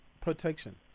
protection